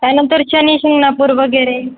त्यानंतर शनिशिंगणापूर वगैरे